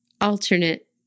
alternate